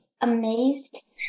amazed